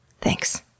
thanks